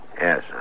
Yes